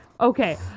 Okay